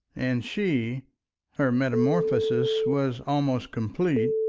and she her metamorphosis was almost complete,